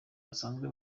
basanzwe